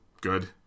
good